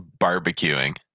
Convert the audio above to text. barbecuing